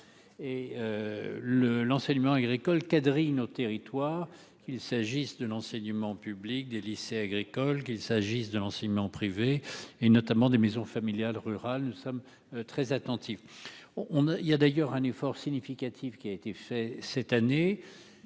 le l'enseignement agricole quadrillent nos territoires, qu'il s'agisse de l'enseignement public des lycées agricoles, qu'il s'agisse de l'enseignement privé et notamment des maisons familiales rurales, nous sommes très attentifs, on on a, il y a d'ailleurs un effort significatif qui a été fait cette année.